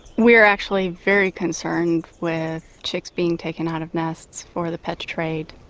we are actually very concerned with chicks being taken out of nests for the pet trade.